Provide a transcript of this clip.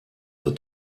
wird